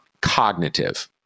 cognitive